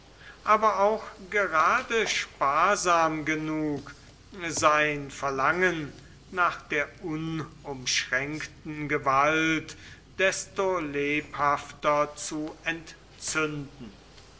aber auch gerade sparsam genug sein verlangen nach der unumschränkten gewalt desto lebhafter zu entzünden